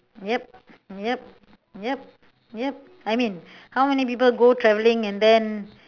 yup yup yup yup I mean how many people go traveling and then